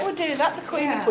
do that, the queen of